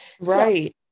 Right